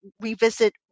revisit